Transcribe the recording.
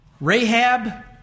Rahab